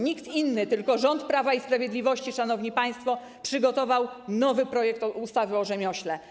Nikt inny tylko rząd Prawa i Sprawiedliwości, szanowni państwo, przygotował nowy projekt ustawy o rzemiośle.